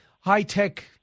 high-tech